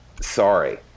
sorry